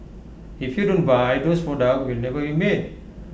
if you don't buy those products will never you made